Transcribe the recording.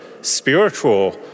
spiritual